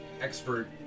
expert